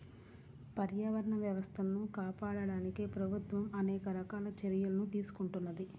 పర్యావరణ వ్యవస్థలను కాపాడడానికి ప్రభుత్వం అనేక రకాల చర్యలను తీసుకుంటున్నది